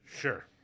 Sure